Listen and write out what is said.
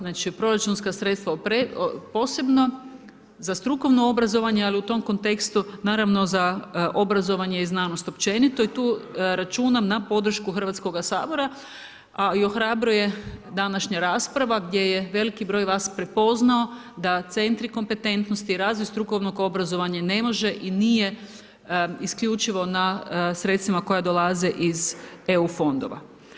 Znači, proračunska sredstva posebno za strukovno obrazovanje, ali u tom kontekstu, naravno za obrazovanje i znanost općenito i tu računam na podršku Hrvatskog sabora i ohrabruje današnja rasprava gdje je veliki broj vas prepoznao da centri kompetentnosti razvoj strukovnog obrazovanja ne može i nije isključivo na sredstvima koja dolaze iz EU fondova.